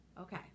okay